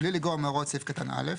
בלי לגרוע מהוראות סעיף קטן (א),